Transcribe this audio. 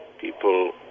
People